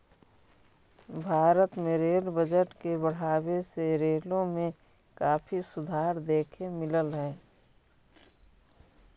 भारत में rail budget के बढ़ावे से रेलों में काफी सुधार देखे मिललई